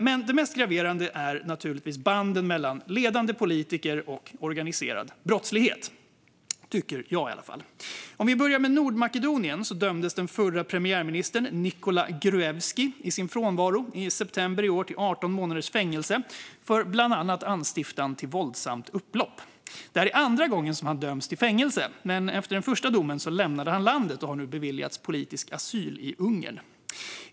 Men det mest graverande är naturligtvis banden mellan ledande politiker och organiserad brottslighet - tycker jag, i alla fall. I Nordmakedonien dömdes i september i år den förre premiärministern Nikola Gruevski i sin frånvaro till 18 månaders fängelse för bland annat anstiftan till våldsamt upplopp. Det är andra gången han döms till fängelse, men han lämnade landet efter den första domen och har nu beviljats politisk asyl i Ungern.